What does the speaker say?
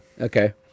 Okay